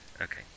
Okay